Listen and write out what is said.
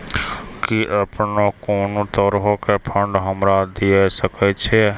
कि अपने कोनो तरहो के फंड हमरा दिये सकै छिये?